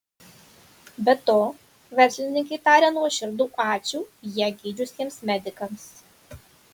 be to verslininkė taria nuoširdų ačiū ją gydžiusiems medikams